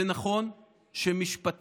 זה נכון שמשפטית